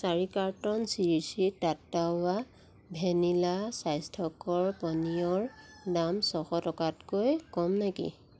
চাৰি carton Sri Sri Tattva vanilla স্বাস্থ্যকৰ পানীয়ৰ দাম ছশ টকাতকৈ কম নেকি